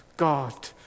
God